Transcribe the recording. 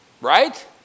Right